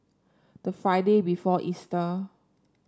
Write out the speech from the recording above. the Friday before Easter